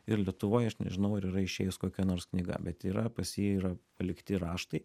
ir lietuvoj aš nežinau ar yra išėjus kokia nors knyga bet yra pas jį yra palikti raštai